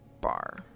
bar